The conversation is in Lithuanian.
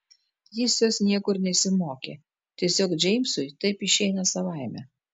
jis jos niekur nesimokė tiesiog džeimsui taip išeina savaime